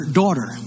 daughter